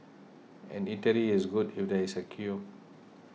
an eatery is good if there is a queue